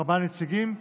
ארבעה נציגים.